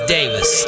Davis